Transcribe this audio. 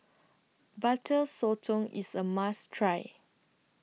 Butter Sotong IS A must Try